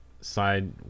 side